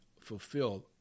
fulfilled